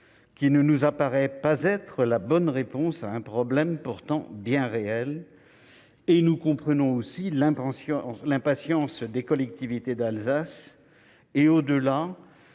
qui ne nous paraît pas être la bonne réponse à un problème pourtant bien réel. Nous comprenons l'impatience des collectivités d'Alsace et, au-delà,